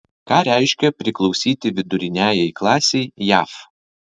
ką reiškia priklausyti viduriniajai klasei jav